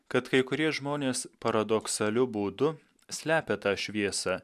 kad kai kurie žmonės paradoksaliu būdu slepia tą šviesą